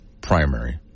primary